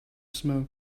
smoke